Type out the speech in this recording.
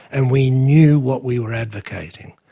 and we knew what we were advocating.